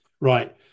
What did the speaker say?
right